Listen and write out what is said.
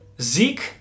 Zeke